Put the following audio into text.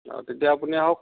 তেতিয়া আপুনি আহক